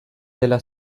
dela